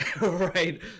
Right